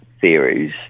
theories